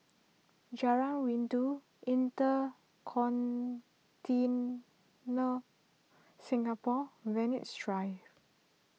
Jalan Rindu InterContinent Singapore Venus Drive